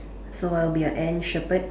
so I'll be an Ant Shepherd